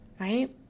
right